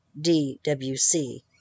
DWC